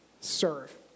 serve